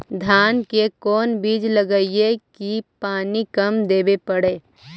धान के कोन बिज लगईऐ कि पानी कम देवे पड़े?